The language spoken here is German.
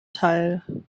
teil